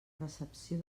recepció